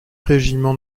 régiments